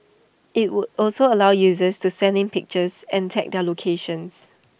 IT would also allow users to send in pictures and tag their locations